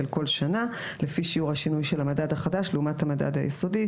כל שנה לפי שיעור השינוי של המדד החדש לעומת המדד היסודי.